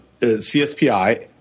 CSPI